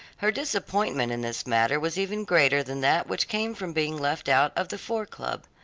her disappointment in this matter was even greater than that which came from being left out of the four club.